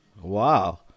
Wow